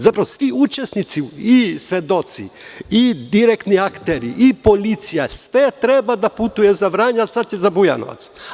Zapravo, svi učesnici, svedoci, direktni akteri, policija, svi oni su trebali da putuju do Vranja, a sada će i za Bujanovac.